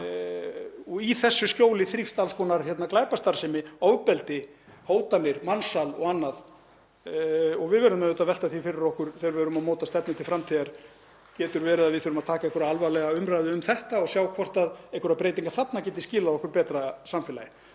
leiðarenda. Í þessu skjóli þrífst alls konar glæpastarfsemi, ofbeldi, hótanir, mansal og annað, og við verðum auðvitað að velta því fyrir okkur þegar við erum að móta stefnu til framtíðar. Getur verið að við þurfum að taka alvarlega umræðu um þetta og sjá hvort einhverjar breytingar þarna geti skilað okkur betra samfélagi?